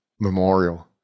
Memorial